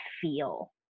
feel